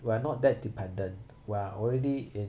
we are not that dependent we're already in